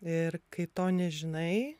ir kai to nežinai